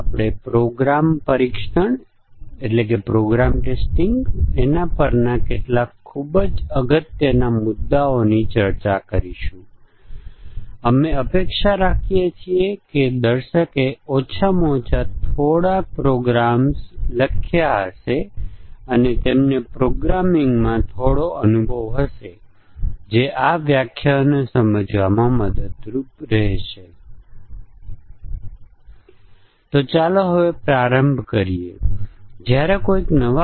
આપણે કહ્યું હતું કે મ્યુટેશન ટેસ્ટીંગ માં આપણે પહેલા વિવિધ ફોલ્ટ કેટેગરીઓને ઓળખવી પડશે જે સામાન્ય રીતે પ્રોગ્રામમાં થાય છે અને પછી આપણે મ્યુટેડ પ્રોગ્રામ્સ જનરેટ કરીએ છીએ જ્યાં આપણે એક ચોક્કસ પ્રકારની ફોલ્ટ રજૂ કરીએ છીએ જેથી આપણે તપાસવા માંગીએ છીએ કે આપણા ટેસ્ટ કેસ સારું કામ કરી રહ્યા છે કે નહીં